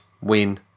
win